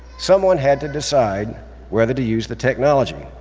someone had to decide whether to use the technology.